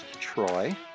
Troy